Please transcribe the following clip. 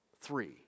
Three